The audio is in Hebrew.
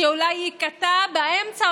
שאולי ייקטע באמצע,